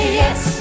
yes